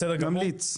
בסדר גמור.